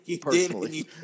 personally